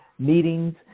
meetings